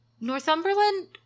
Northumberland